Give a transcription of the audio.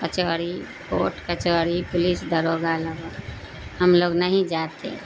کچہری کوٹ کچہری پولیس داروغہ لگا ہم لوگ نہیں جاتے